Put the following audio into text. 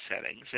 settings